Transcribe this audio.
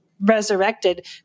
resurrected